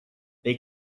they